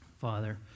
Father